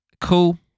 cool